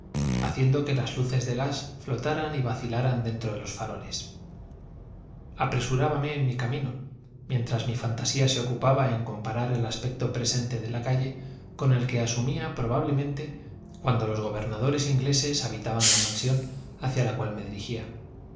haciendo que las luces de gas flotaran y vacilaran dentro de los faroles apresurábame en mi camino mientras mi fantasía se ocupaba de comparar el aspecto presente de la calle con el que asumía probablemente cuando los gobernadores ingleses habitaban la mansión hacia la cual me dirigía